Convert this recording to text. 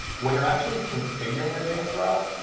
when you're actually configuring an advanced route,